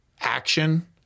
action